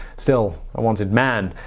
still a wanted man.